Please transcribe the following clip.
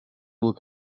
will